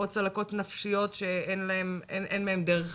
או צלקות נפשיות שאין מהן דרך חזרה.